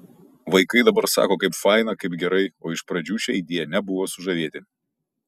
vaikai dabar sako kaip faina kaip gerai o iš pradžių šia idėja nebuvo sužavėti